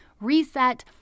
reset